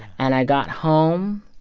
and i got home,